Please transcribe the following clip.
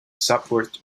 subword